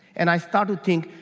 and i started think,